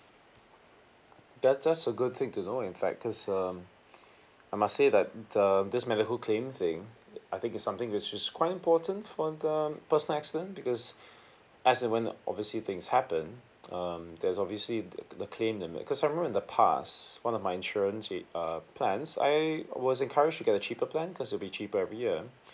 that that's a good thing to know in fact cause um I must say that uh this medical claim thing I think is something which is quite important for the personal accident because as and when obviously things happen um that's obviously the the claim because I remember in the past one of my insurance with uh plans I was encouraged to get a cheaper plan cause it would be cheaper every year